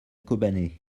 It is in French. kobané